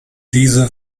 diese